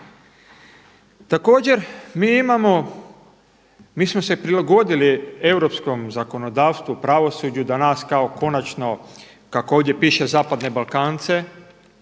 imamo, mi smo se prilagodili europskom zakonodavstvu, pravosuđu da nas kao konačno kako ovdje piše zapadne Balkance,